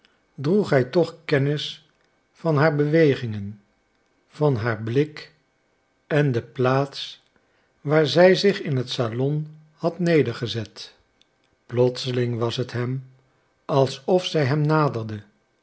droeg hij toch kennis van haar bewegingen van haar blik en de plaats waar zij zich in het salon had nedergezet plotseling was het hem alsof zij hem naderde